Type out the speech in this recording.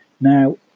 Now